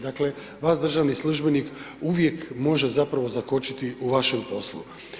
Dakle, vas državni službenik uvijek može, zapravo, zakočiti u vašem poslu.